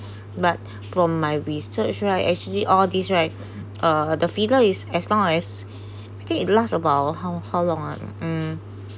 but from my research I actually all these right uh the figure is as long as I think it last about how how long ah mm